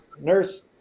nurse